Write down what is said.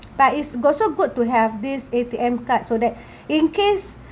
but it's also good to have this A_T_M card so that in case